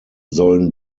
sollen